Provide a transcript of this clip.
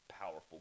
powerful